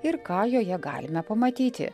ir ką joje galime pamatyti